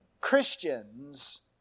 Christians